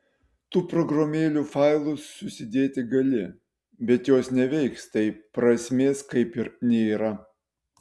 tų programėlių failus susidėti gali bet jos neveiks tai prasmės kaip ir nėra